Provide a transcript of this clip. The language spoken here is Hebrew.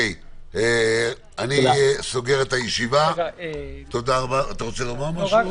אתה רוצה לומר משהו?